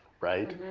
right?